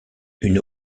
une